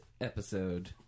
episode